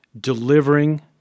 delivering